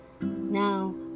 Now